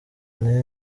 intege